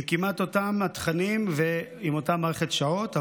עם כמעט אותם התכנים ועם אותה מערכת שעות,